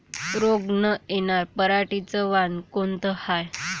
रोग न येनार पराटीचं वान कोनतं हाये?